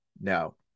no